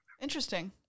Interesting